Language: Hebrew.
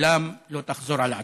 לעולם לא תחזור על עצמה.